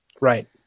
Right